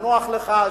תנוח לך,